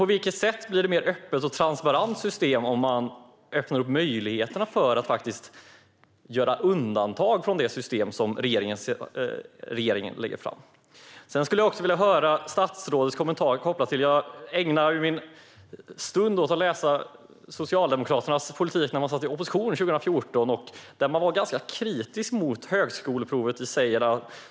På vilket sätt blir det ett mer öppet och transparent system om man öppnar möjligheten för att göra undantag från det system som regeringen lägger fram? Jag har ägnat en stund åt att läsa om Socialdemokraternas politik då de satt i opposition 2014. De var ganska kritiska mot högskoleprovet.